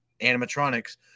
animatronics